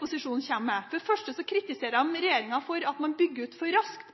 motstridende. For det første kritiserer den regjeringen for at man bygger ut for raskt,